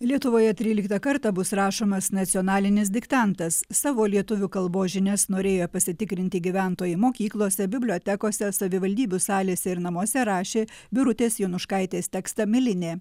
lietuvoje tryliktą kartą bus rašomas nacionalinis diktantas savo lietuvių kalbos žinias norėjo pasitikrinti gyventojai mokyklose bibliotekose savivaldybių salėse ir namuose rašė birutės jonuškaitės tekstą milinė